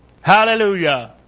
Hallelujah